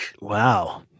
Wow